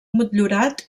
motllurat